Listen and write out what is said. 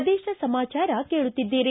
ಪ್ರದೇಶ ಸಮಾಚಾರ ಕೇಳುತ್ತಿದ್ದೀರಿ